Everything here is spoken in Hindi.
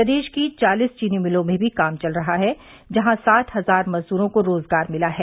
प्रदेश की चालीस चीनी मिलों में भी काम चल रहा है जहां साठ हजार मजदूरों को रोजगार मिला है